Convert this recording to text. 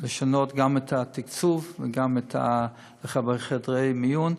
לשנות גם את התקצוב וגם את חדרי המיון.